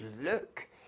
look